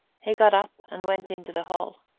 he got up and went into the hall.